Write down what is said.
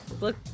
look